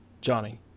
Johnny